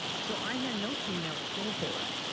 so i had no female cohort.